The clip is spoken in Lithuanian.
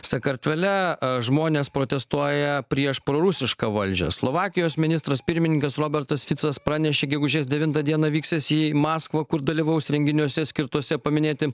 sakartvele žmonės protestuoja prieš prorusišką valdžią slovakijos ministras pirmininkas robertas ficas pranešė gegužės devintą dieną vyksiąs į maskvą kur dalyvaus renginiuose skirtuose paminėti